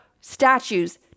statues